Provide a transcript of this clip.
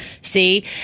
See